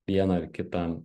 vieną ar kitą